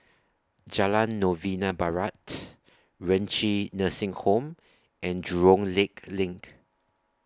Jalan Novena Barat Renci Nursing Home and Jurong Lake LINK